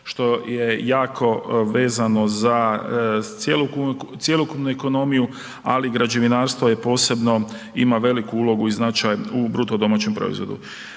što je jako vezano za cjelokupnu ekonomiju, ali građevinarstvo je posebno ima veliku ulogu i značaj u bruto domaćem proizvodu.